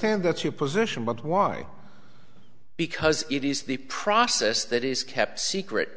that's your position but why because it is the process that is kept secret